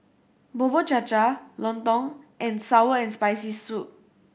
Bubur Cha Cha Lontong and Sour and Spicy Soup